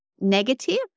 negative